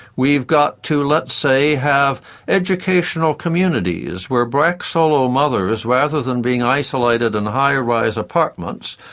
we've got to let's say have educational communities where black solo mothers, rather than being isolated in high rise apartments,